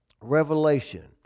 revelation